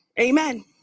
amen